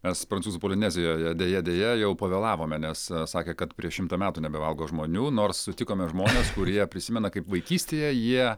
es prancūzų polinezijoje deja deja jau pavėlavome nes sakė kad prieš šimtą metų nebevalgo žmonių nors sutikome žmones kurie prisimena kaip vaikystėje jie